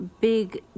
big